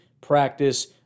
practice